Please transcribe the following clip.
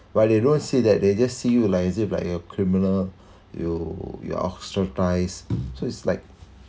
but they don't see that they just see you like is it like a criminal you your ostracised so it's like